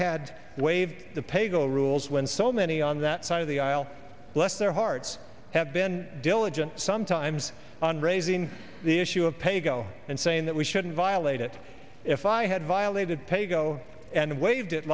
had waived the paygo rules when so many on that side of the aisle bless their heart i have been diligent sometimes on raising the issue of pay go and saying that we shouldn't violate it if i had violated paygo and waived it